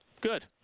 Good